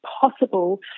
possible